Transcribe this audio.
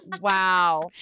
Wow